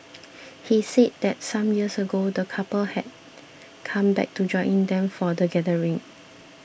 he said that some years ago the couple had come back to join them for the gathering